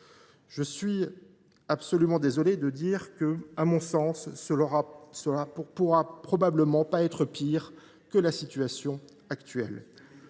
Je suis absolument désolé de le dire, à mon sens, cela ne pourra probablement pas être pire que la situation actuelle